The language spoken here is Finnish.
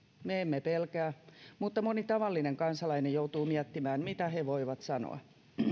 me emme pelkää mutta moni tavallinen kansalainen joutuu miettimään mitä he voivat sanoa